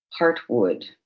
Heartwood